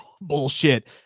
bullshit